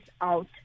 out